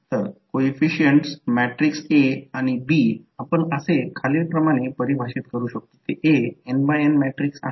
तर mutual inductance j M असेल आणि हे j L1 j L2आहे